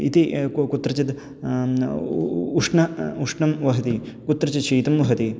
इति को कुत्रचित् उष्णम् उष्णं वहति कुत्रचित् शीतं वहति